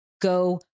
go